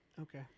Okay